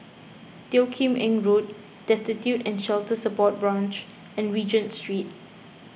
Teo Kim Eng Road Destitute and Shelter Support Branch and Regent Street